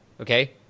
Okay